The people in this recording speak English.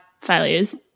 failures